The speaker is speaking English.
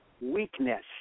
weakness